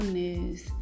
news